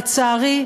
לצערי,